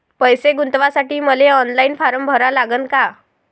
पैसे गुंतवासाठी मले ऑनलाईन फारम भरा लागन का?